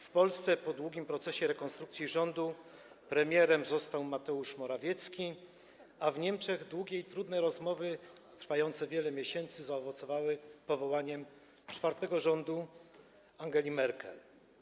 W Polsce po długim procesie rekonstrukcji rządu premierem został Mateusz Morawiecki, a w Niemczech długie i trudne rozmowy, trwające wiele miesięcy, zaowocowały powołaniem czwartego rządu Angeli Merkel.